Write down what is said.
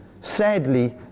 sadly